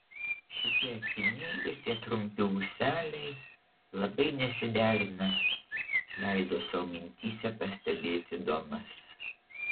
šitie akiniai ir tie trumpi ūseliai labai nesiderina leido sau mintyse pastebėti domas